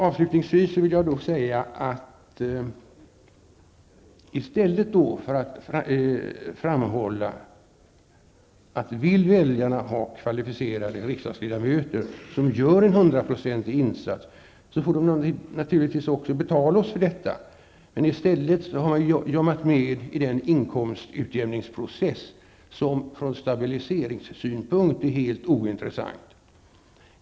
Avslutningsvis skulle jag då kunna säga, att om väljarna vill ha kvalificerade riksdagsledamöter som gör en hundraprocentig insats får de naturligtvis också betala oss för detta. Men jag har i stället varit med i den inkomstutjämningsprocess som från stabiliseringssynpunkt är helt ointressant.